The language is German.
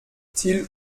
till